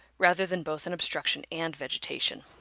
rather than both an obstruction and vegetation.